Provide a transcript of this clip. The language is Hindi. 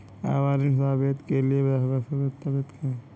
आवास ऋण आवेदन के लिए आवश्यक दस्तावेज़ क्या हैं?